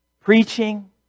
preaching